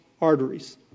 arteries